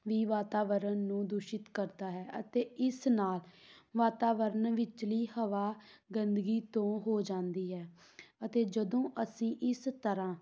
ਵੀ ਵਾਤਾਵਰਨ ਨੂੰ ਦੂਸ਼ਿਤ ਕਰਦਾ ਹੈ ਅਤੇ ਇਸ ਨਾਲ ਵਾਤਾਵਰਨ ਵਿਚਲੀ ਹਵਾ ਗੰਦਗੀ ਤੋਂ ਹੋ ਜਾਂਦੀ ਹੈ ਅਤੇ ਜਦੋਂ ਅਸੀਂ ਇਸ ਤਰ੍ਹਾਂ